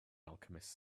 alchemist